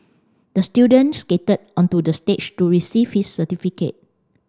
the student skated onto the stage to receive his certificate